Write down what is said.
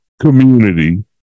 community